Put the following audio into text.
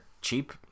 cheap